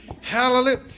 Hallelujah